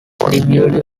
deputy